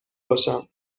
باشم